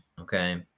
Okay